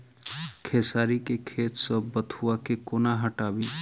खेसारी केँ खेत सऽ बथुआ केँ कोना हटाबी